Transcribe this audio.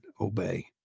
obey